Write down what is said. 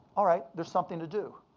all right, there's something to do.